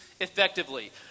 effectively